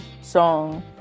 song